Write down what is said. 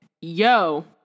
yo